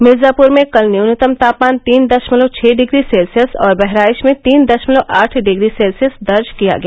मिर्जापुर में कल न्यूनतम तापमान तीन दशमलव छह डिग्री सेल्सियस और बहराइच में तीन दशमलव आठ डिग्री सेल्सियस दर्ज किया गया